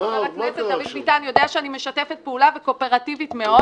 חבר הכנסת דוד ביטן יודע שאני משתפת פעולה וקואופרטיבית מאוד.